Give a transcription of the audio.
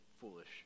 foolish